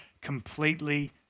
completely